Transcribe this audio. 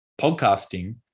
podcasting